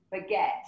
forget